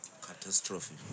Catastrophe